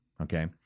Okay